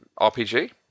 RPG